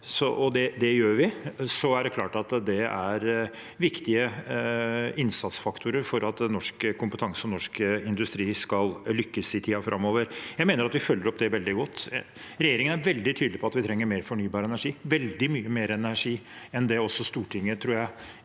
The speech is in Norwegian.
det gjør vi, er det klart at det er viktige innsatsfaktorer for at norsk kompetanse og norsk industri skal lykkes i tiden framover. Jeg mener at vi følger opp det veldig godt. Regjeringen er veldig tydelig på at vi trenger mer fornybar energi, veldig mye mer energi enn det jeg tror Stortinget i